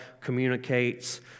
communicates